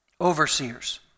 overseers